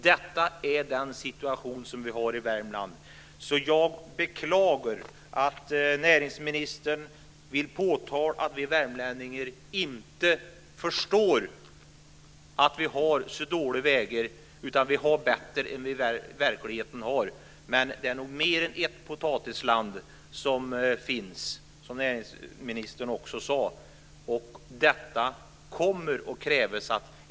Detta är den situation som vi har i Värmland. Jag beklagar att näringsministern vill påtala att vi värmlänningar inte förstår att vi har så dåliga vägar, och att vi har bättre än vad vi i verkligheten har. Det finns nog mer än ett potatisland, som näringsministern också sade.